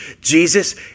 jesus